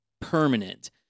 permanent